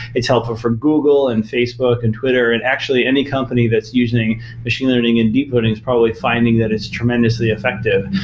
it's helpful for google and facebook and twitter and, actually, any company that's using machine learning and deep learning is probably finding that as tremendously effective.